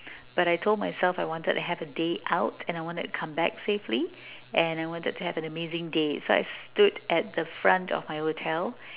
but I told myself I wanted to have a day out and I wanted to come back safely and I wanted to have an amazing day so I stood at the front of my hotel